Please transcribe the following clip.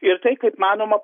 ir tai kaip manoma